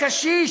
הקשיש,